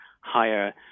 higher